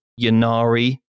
Yanari